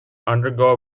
undergo